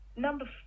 Number